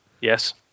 Yes